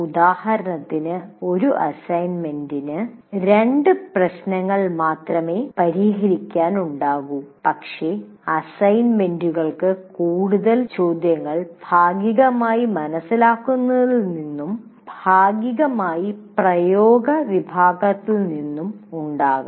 ഉദാഹരണത്തിന് ഒരു അസൈൻമെന്റിന് 2 പ്രശ്നങ്ങൾ മാത്രമേ പരിഹരിക്കാൻ ഉണ്ടാകൂ പക്ഷേ അസൈൻമെൻറുകൾക്ക് കൂടുതൽ ചോദ്യങ്ങൾ ഭാഗികമായി മനസിലാക്കുന്നതിൽ നിന്നും ഭാഗികമായി പ്രയോഗിക വിഭാഗത്തിൽ നിന്നും ഉണ്ടാകാം